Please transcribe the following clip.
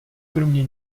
kromě